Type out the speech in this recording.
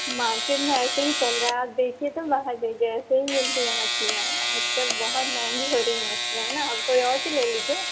market میں ایسے ہی چل رہا ہے آپ دیکھیے تو باہر لے کے ایسے ہی ملتی ہیں مچھلیاں آج کل بہت مہنگی ہو رہی ہیں مچھلیاں نہ آپ کوئی اور سی لے لیجیے